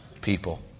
people